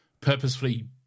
purposefully